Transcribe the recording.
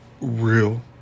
real